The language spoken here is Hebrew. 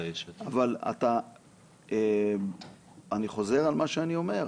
אני חוזר על מה שאני אומר,